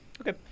Okay